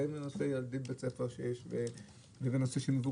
בין אם זה ילדים בבית ספר ובין אם זה מבוגרים,